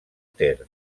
ter